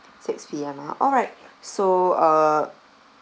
six P_M ah alright so uh